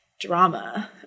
drama